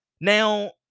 Now